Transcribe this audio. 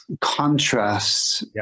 Contrasts